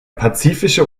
pazifische